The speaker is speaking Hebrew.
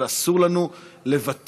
ואסור לנו לוותר,